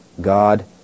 God